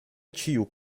ĉiu